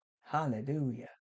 Hallelujah